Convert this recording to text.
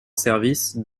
service